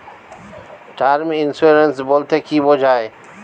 Term insurance বলতে কী বোঝায়?